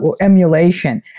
emulation